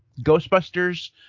Ghostbusters